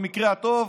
במקרה הטוב,